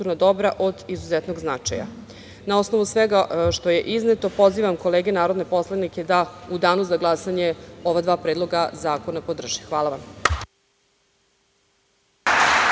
dobra od izuzetnog značaja. Na osnovu svega što je izneto, pozivam kolege narodne poslanike, u danu za glasanje, ova dva predloga zakona podrže. Hvala vam.